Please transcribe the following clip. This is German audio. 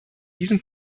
diesem